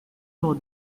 know